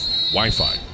Wi-Fi